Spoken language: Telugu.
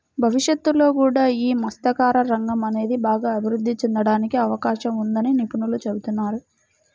భవిష్యత్తులో కూడా యీ మత్స్యకార రంగం అనేది బాగా అభిరుద్ధి చెందడానికి అవకాశం ఉందని నిపుణులు చెబుతున్నారు